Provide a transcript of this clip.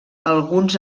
alguns